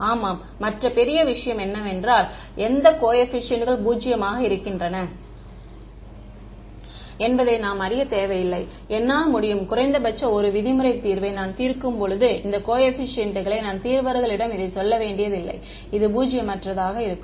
ஆமாம் மற்ற பெரிய விஷயம் என்னவென்றால் எந்த கோஏபிசியன்ட்கள் பூஜ்ஜியமாக இருக்கின்றன என்பதை நாம் அறிய தேவையில்லை என்னால் முடியும் குறைந்தபட்ச 1 விதிமுறை தீர்வை நான் தீர்க்கும்போது இந்த கோஏபிசியன்ட் களை நான் தீர்வர்களிடம் இதை சொல்ல வேண்டியதில்லை இது பூஜ்ஜியமற்றதாக இருக்கும்